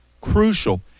crucial